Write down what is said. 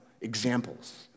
examples